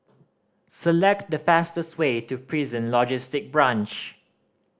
select the fastest way to Prison Logistic Branch